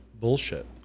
bullshit